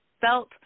felt